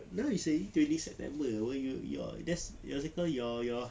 now is already twenty september [pe] you you there's what is it called your your